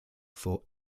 for